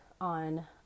on